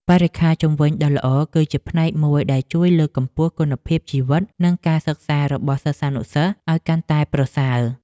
បរិក្ខារជុំវិញដ៏ល្អគឺជាផ្នែកមួយដែលជួយលើកកម្ពស់គុណភាពជីវិតនិងការសិក្សារបស់សិស្សានុសិស្សឱ្យកាន់តែប្រសើរ។